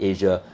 Asia